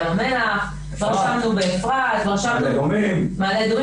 במעלה אדומים.